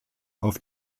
auf